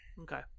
Okay